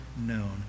known